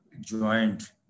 joint